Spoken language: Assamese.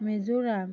মিজোৰাম